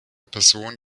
person